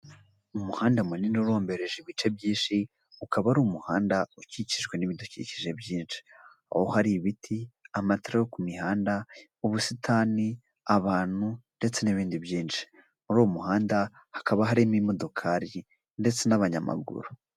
Umuhanda munini urombereje ibice byinshi ukaba ari umuhanda ukikijwe n'ibidukikije byinshi. Aho hari ibiti amatara yo ku mihanda mu busitani abantu ndetse n'ibindi byinshi. Muri uwo muhanda hakaba harimo imodokari ndetse n'abanyamaguru.